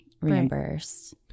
reimbursed